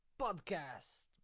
podcast